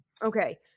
Okay